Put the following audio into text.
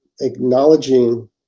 acknowledging